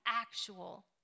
actual